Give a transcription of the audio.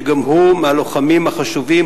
שגם הוא מהלוחמים החשובים,